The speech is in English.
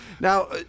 Now